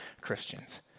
Christians